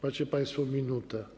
Macie państwo minutę.